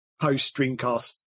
post-Dreamcast